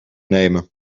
nemen